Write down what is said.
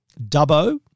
Dubbo